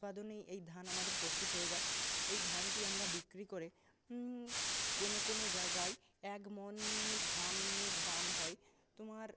উৎপাদনেই এই ধান আমাদের প্রস্তুত হয়ে যায় এই ধানটি আমরা বিক্রি করে কোনো কোনো জায়গায় এক মণ ধানের দাম হয় তোমার